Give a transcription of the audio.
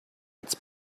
gets